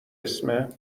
اسم